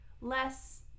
less